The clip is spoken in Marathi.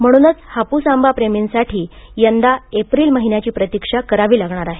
म्हणूनच हापूस आंबा प्रेमींसाठी यंदा एप्रिल महिन्याची प्रतीक्षा करावी लागणार आहे